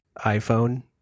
iPhone